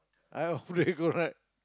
I off the aircon right